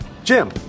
Jim